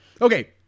Okay